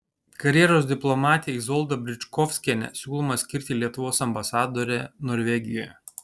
karjeros diplomatę izoldą bričkovskienę siūloma skirti lietuvos ambasadore norvegijoje